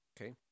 Okay